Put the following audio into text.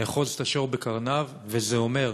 לאחוז את השור בקרניו, וזה אומר: